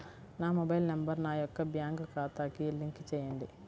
నా mobile number నా యొక్క బ్యాంక్ ఖాతాకి లింక్ చేయండీ?